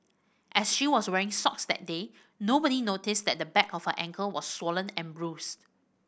as she was wearing socks that day nobody noticed that the back of her ankle was swollen and bruised